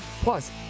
plus